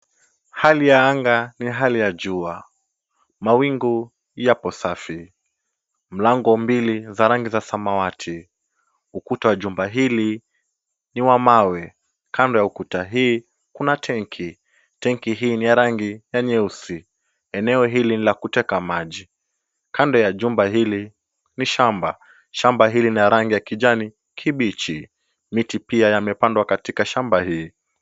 Hali ya anga ni hali ya jua. Mawingu yapo safi. Mlango mbili za rangi za samawati. Ukuta wa jumba hili ni wa mawe. Kando ya ukuta hii kuna tanki. Tanki hii ni ya rangi ya nyeusi. Eneo hili ni la kuteka maji. Kando ya jumba hili ni shamba. Shamba hili ni la rangi ya kijani kibichi. Miti pia yamepandwa katika shamba hii.